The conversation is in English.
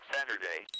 Saturday